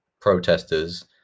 protesters